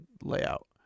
layout